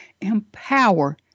empower